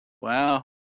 Wow